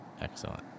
Excellent